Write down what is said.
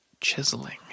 chiseling